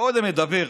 קודם מדבר.